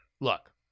look